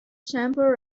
chamber